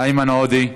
איימן עודה,